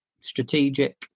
strategic